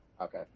Okay